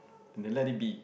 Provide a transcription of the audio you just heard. and they let it be